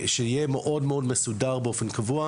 על מנת שיהיה מאוד מסודר באופן קבוע,